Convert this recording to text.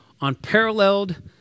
Unparalleled